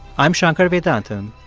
i'm shankar vedantam,